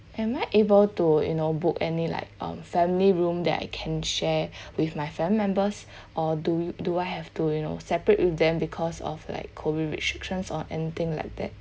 am I able to you know book any like um family room that I can share with my family members or do we do I have to you know separate with them because of like COVID restrictions or anything like that